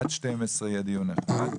עד שעה 12:00 יהיה דיון אחד,